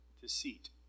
deceit